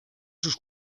sus